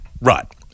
Right